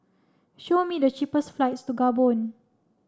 show me the cheapest flights to Gabon